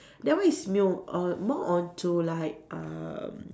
that one is mu~ err more onto like um